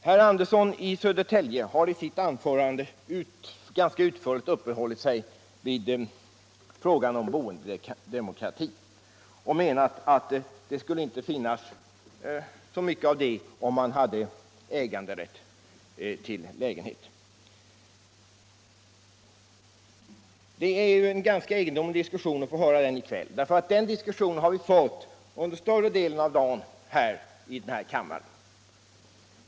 Herr Andersson i Södertälje har i sitt anförande ganska utförligt uppehållit sig vid frågan om boendedemokratin och menat att det skulle inte finnas så mycket av den om man hade äganderätt till lägenhet. Det är ju ganska egendomligt att få höra detta i kväll. Den diskussionen har vi ju fört under större delen av dagen här i kammaren.